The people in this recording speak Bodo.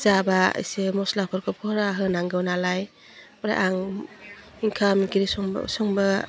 जाबा एसे मस्लाफोरखौ भरा होनांगौ नालाय ओमफ्राय आं ओंखाम ओंख्रि संब संबा